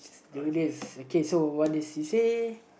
you this okay so what did she say